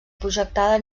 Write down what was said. projectada